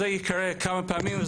זה ייקרא כמה פעמים,